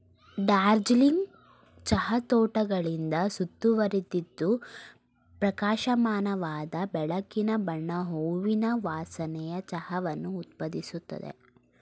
ಡಾರ್ಜಿಲಿಂಗ್ ಚಹಾ ತೋಟಗಳಿಂದ ಸುತ್ತುವರಿದಿದ್ದು ಪ್ರಕಾಶಮಾನವಾದ ಬೆಳಕಿನ ಬಣ್ಣ ಹೂವಿನ ವಾಸನೆಯ ಚಹಾವನ್ನು ಉತ್ಪಾದಿಸುತ್ತದೆ